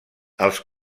els